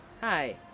Hi